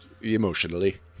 Emotionally